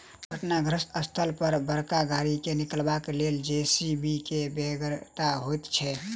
दुर्घटनाग्रस्त स्थल पर बड़का गाड़ी के निकालबाक लेल जे.सी.बी के बेगरता होइत छै